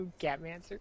Catmancer